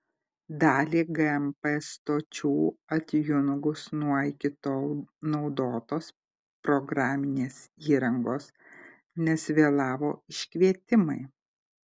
dalį gmp stočių atjungus nuo iki tol naudotos programinės įrangos nes vėlavo iškvietimai